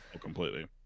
Completely